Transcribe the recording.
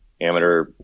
amateur